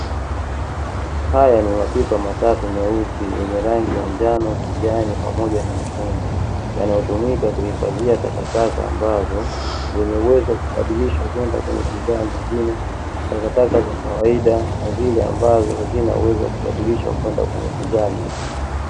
Haya ni mapipa matatu meusi yenye rangi ya njano, kijani, pamoja na nyekundu yanayotumika kuhifadhia takataka ambazo, zenye uwezo wa kubadilishwa kwenda kwenye bidhaa nyingine, takataka za kawaida na zile ambazo hazina uwezo wa kubadilishwa kwenda kwenye bidhaa nyingine.